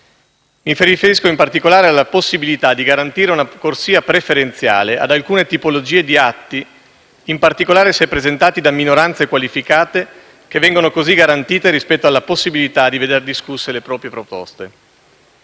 Mi riferisco in particolare alla possibilità di garantire una corsia preferenziale ad alcune tipologie di atti, in particolare se presentati da minoranze qualificate, che vengono così garantite rispetto alla possibilità di vedere discusse le proprie proposte.